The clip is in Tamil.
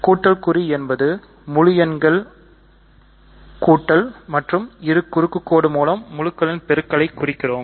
எனவே கூட்டல் குறி என்பது முழு எண்களை கூட்டல் மற்றும் இரு குறுக்கு கோடு மூலம் முழுக்களின் பெருக்கலை குறிக்கிறோம்